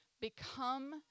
become